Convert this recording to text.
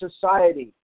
society